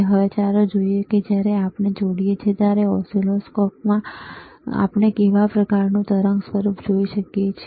હવે ચાલો જોઈએ કે જ્યારે આપણે જોડીએ ત્યારે ઓસિલોસ્કોપમાં આપણે કેવા પ્રકારનું તરંગસ્વરૂપ જોઈ શકીએ છીએ